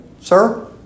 Sir